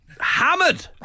hammered